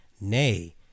Nay